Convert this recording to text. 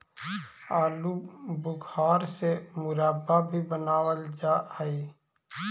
आलू बुखारा से मुरब्बा भी बनाबल जा हई